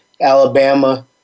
Alabama